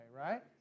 right